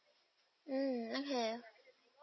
mm okay